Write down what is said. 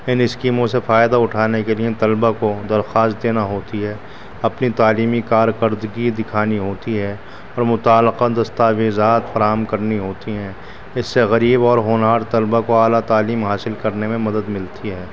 ان اسکیموں سے فائدہ اٹھانے کے لیے طلباء کو درخواست دینا ہوتی ہے اپنی تعلیمی کارکردگی دکھانی ہوتی ہے اور متعلقہ دستاویزات فراہم کرنی ہوتی ہیں اس سے غریب اور ہونہار طلباء کو اعلیٰ تعلیم حاصل کرنے میں مدد ملتی ہے